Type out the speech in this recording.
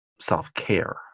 self-care